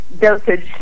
dosage